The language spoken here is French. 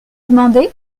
demandé